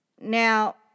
Now